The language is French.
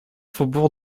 faubourg